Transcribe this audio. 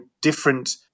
different